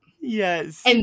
Yes